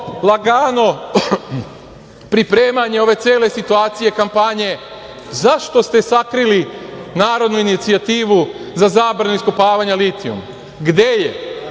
lagano pripremanje ove cele situacije, kampanje. Zašto ste sakrili narodnu inicijativu za zabranu iskopavanja litijuma? Gde je?